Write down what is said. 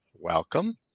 welcome